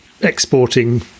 exporting